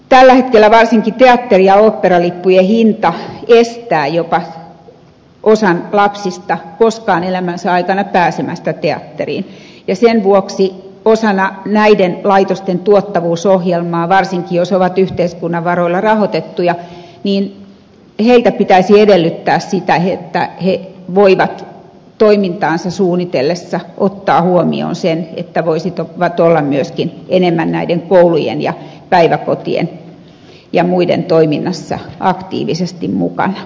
tällä hetkellä varsinkin teatteri ja oopperalippujen hinta estää jopa osan lapsista koskaan elämänsä aikana pääsemästä teatteriin ja sen vuoksi osana näiden laitosten tuottavuusohjelmaa varsinkin jos ovat yhteiskunnan varoilla rahoitettuja niiltä pitäisi edellyttää sitä että ne voivat toimintaansa suunnitellessaan ottaa huomioon sen että voisivat olla enemmän koulujen ja päiväkotien ja muiden lasten toimintaympäristöjen toiminnassa aktiivisesti mukana